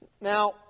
Now